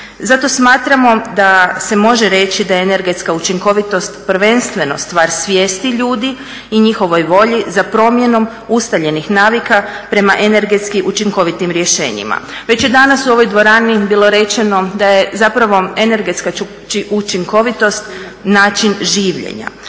Zato smatramo da se može reći da energetska učinkovitost prvenstveno stvar svijesti ljudi i njihovoj volji za promjenom ustaljenih navika prema energetski učinkovitim rješenjima. Već je danas u ovoj dvorani bilo rečeno da je energetska učinkovitost način življenja.